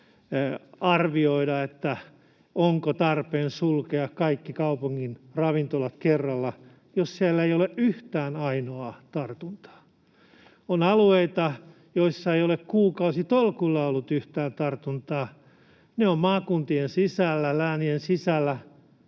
arvioida, onko tarpeen sulkea kaikki kaupungin ravintolat kerralla, jos siellä ei ole yhtään ainoaa tartuntaa? On alueita, joissa ei ole kuukausitolkulla ollut yhtään tartuntaa. Ne ovat maakuntien sisällä, läänien sisällä,